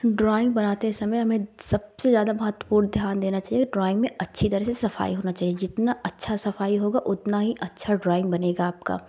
drawing बनाते समय हमें सबसे ज़्यादा महत्वपूर्ण ध्यान देना चाहिए ड्राइंग में अच्छी तरह से सफ़ाई होनी चाहिए जितना अच्छा सफ़ाई होगा उतना ही अच्छा ड्राइंग बनेगा आपका